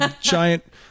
giant